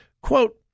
quote